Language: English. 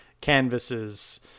canvases